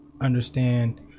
understand